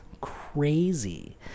crazy